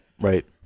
right